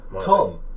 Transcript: Tom